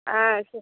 ஆ சே